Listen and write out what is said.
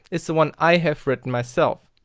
is the one i have written myself.